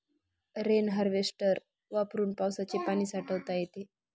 rain harvester वापरून पावसाचे पाणी साठवता येते